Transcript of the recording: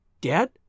Dad